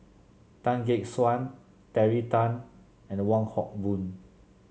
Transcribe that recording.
Tan Gek Suan Terry Tan and Wong Hock Boon